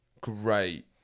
great